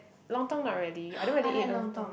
lontong not really I don't really eat lontong